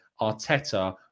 Arteta